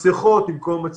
מסכות עם כל מה שצריך.